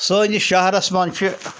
سٲنِس شہرَس منٛز چھِ